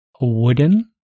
wooden